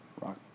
Rock